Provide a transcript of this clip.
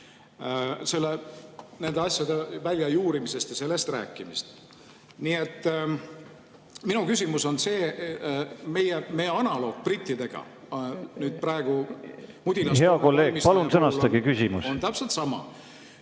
nende asjade väljajuurimisest ja sellest rääkimisest. Nii et minu küsimus on see. Meie analoog brittidega nüüd praegu ... Hea kolleeg, palun sõnastage küsimus! ... on täpselt sama.